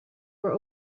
were